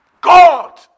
God